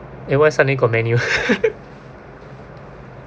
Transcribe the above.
eh why suddenly got menu